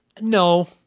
no